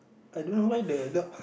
I don't know why the dog